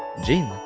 jeans,